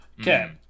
Okay